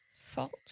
fault